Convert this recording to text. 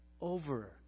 over